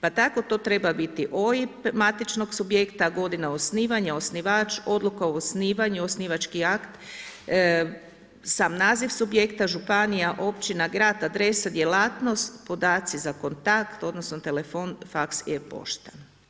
Pa tako to treba biti OIB, matičnog subjekta, godina osnivanja, osnivač, odluka o osnivanju, osnivački akt, sam naziv subjekta, županija, općina, grad, adresa, djelatnost, podaci za kontakt, odnosno, telefon, faks ili pošta.